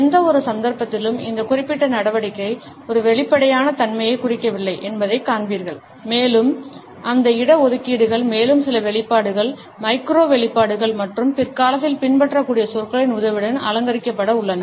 எந்தவொரு சந்தர்ப்பத்திலும் இந்த குறிப்பிட்ட நடவடிக்கை ஒரு வெளிப்படையான தன்மையைக் குறிக்கவில்லை என்பதைக் காண்பீர்கள் மேலும் அந்த இட ஒதுக்கீடுகள் மேலும் சில வெளிப்பாடுகள் மைக்ரோ வெளிப்பாடுகள் மற்றும் பிற்காலத்தில் பின்பற்றக்கூடிய சொற்களின் உதவியுடன் அலங்கரிக்கப்பட உள்ளன